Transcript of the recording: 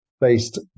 based